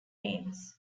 names